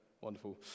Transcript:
Wonderful